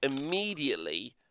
immediately